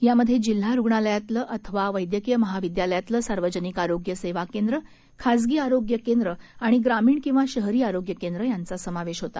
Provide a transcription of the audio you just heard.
यामध्ये जिल्हा रुग्णालयातलं अथवा वद्यक्रीय महाविद्यालयातलं सार्वजनिक आरोग्य सेवाकेंद्र खासगी आरोग्य केंद्र आणि ग्रामीण किंवा शहरी आरोग्यकेंद्र यांचा समावेश होता